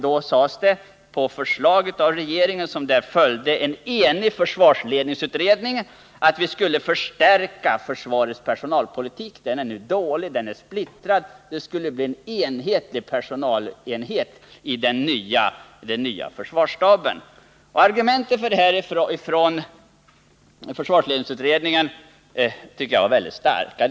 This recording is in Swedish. Då sades det — på förslag av regeringen, som där följde en enig försvarsledningsutredning — att vi skulle förstärka försvarets personalpolitik. Den är nu dålig — den är splittrad — men det skulle bli en enhetlig personalenhet i den nya försvarsstaben. Jag tycker att argumenten från försvarsledningsutredningen är starka.